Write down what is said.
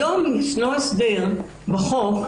היום יש הסבר בחוק,